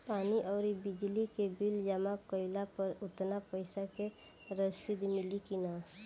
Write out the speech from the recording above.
पानी आउरबिजली के बिल जमा कईला पर उतना पईसा के रसिद मिली की न?